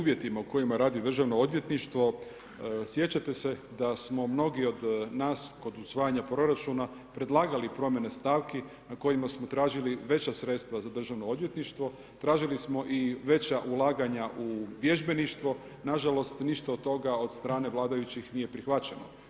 Kad je riječ o uvjetima u kojima radi državno odvjetništvo, sjećate se da smo mnogi od nas kod usvajanja proračuna predlagali promjene stavki na kojima smo tražili veća sredstva za državno odvjetništvo, tražili smo i veća ulaganja u vježbeništvo, nažalost ništa od toga od strane vladajućih nije prihvaćeno.